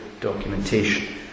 documentation